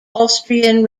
austrian